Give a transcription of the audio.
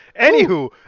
Anywho